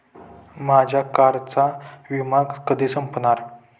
माझ्या कारचा विमा कधी संपणार